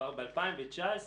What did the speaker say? כבר ב-2019,